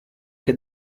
che